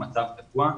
המצב תקוע,